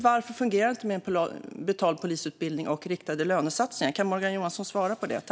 Varför fungerar det inte med betald polisutbildning och riktade lönesatsningar? Kan Morgan Johansson svara på det?